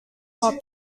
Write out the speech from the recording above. hop